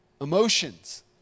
emotions